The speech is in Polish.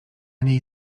niej